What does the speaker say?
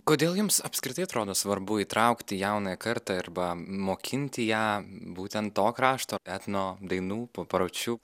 kodėl jums apskritai atrodo svarbu įtraukti jaunąją kartą arba mokinti ją būtent to krašto etno dainų papročių